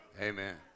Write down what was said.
Amen